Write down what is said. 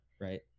Right